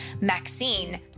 Maxine